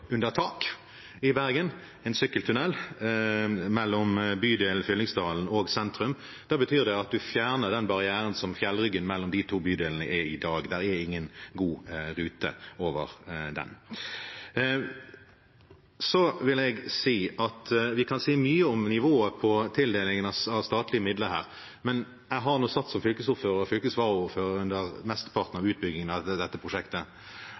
tak i Bergen, en sykkeltunnel mellom bydelen Fyllingsdalen og sentrum. Da fjerner man den barrieren som fjellryggen mellom de to bydelene utgjør i dag. Det er ingen god rute over den. Vi kan si mye om nivået på tildelingen av statlige midler her, men jeg har sittet som fylkesordfører og varafylkesordfører under mesteparten av utbyggingen av dette prosjektet,